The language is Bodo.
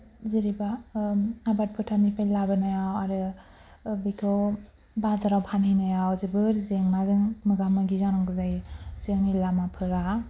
जेनेबा आबाद फोथारनिफ्राय लाबोनायाव आरो बिखौ बाजाराव फानहैनाया जोबोर जेंना जों मोगा मोगि जानांगौ जायो जोंनि लामाफोरा